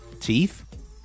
teeth